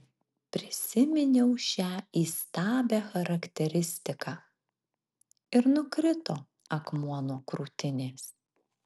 prisiminiau šią įstabią charakteristiką ir nukrito akmuo nuo krūtinės